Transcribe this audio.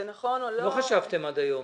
לא חשבתם עד היום.